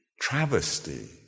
travesty